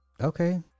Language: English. okay